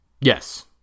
Yes